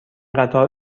قطار